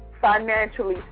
financially